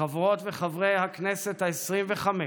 חברות וחברי הכנסת העשרים-וחמש,